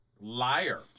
Liar